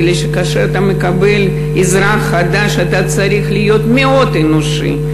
כי כאשר אתה מקבל אזרח חדש אתה צריך להיות מאוד אנושי,